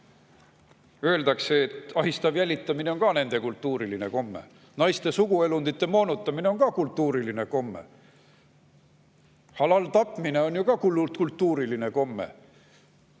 öeldakse, et ahistav jälitamine on ka nende kultuuriline komme. Naiste suguelundite moonutamine on ka kultuuriline komme. Halal-tapmine on ju ka kultuuriline komme.